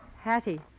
hattie